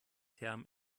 term